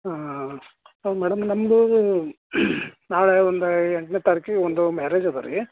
ಹಾಂ ಹೌದು ಮೇಡಮ್ ನಮ್ಮದು ನಾಳೆ ಒಂದು ಎಂಟನೇ ತಾರೀಕಿಗೆ ಒಂದು ಮ್ಯಾರೇಜ್ ಅದ ರೀ